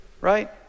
right